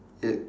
it